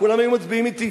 כולם היו מצביעים אתי.